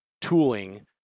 tooling